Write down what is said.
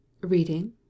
Reading